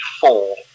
four